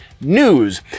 News